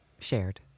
shared